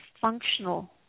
functional